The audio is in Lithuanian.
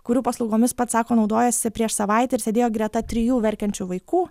kurių paslaugomis pats sako naudojosi prieš savaitę ir sėdėjo greta trijų verkiančių vaikų